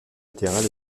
latérales